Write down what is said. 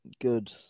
good